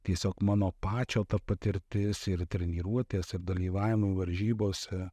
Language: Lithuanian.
tiesiog mano pačio ta patirtis ir treniruotės ir dalyvavimai varžybose